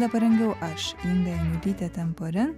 ją parengiau parengiau aš inga janulytė tenporin